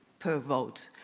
per vote,